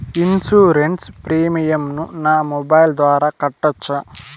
Insurance premium ను నా mobile ద్వారా కట్టొచ్చా?